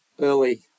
early